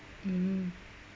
mm